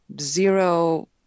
zero